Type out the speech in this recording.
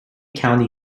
county